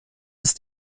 ist